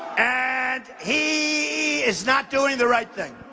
and he is not doing the right thing.